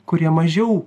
kurie mažiau